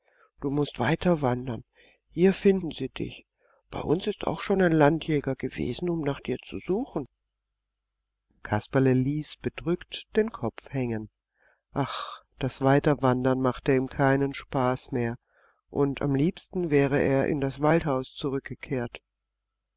du mußt weiterwandern hier finden sie dich bei uns ist auch schon ein landjäger gewesen um nach dir zu suchen kasperle ließ bedrückt den kopf hängen ach das weiterwandern machte ihm keinen spaß mehr und am liebsten wäre er in das waldhaus zurückgekehrt